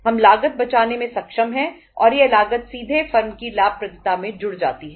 हम लागत बचाने में सक्षम हैं और यह लागत सीधे फर्म की लाभप्रदता में जुड़ जाती है